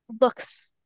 looks